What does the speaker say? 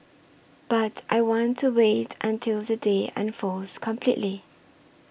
but I want to wait until the day unfolds completely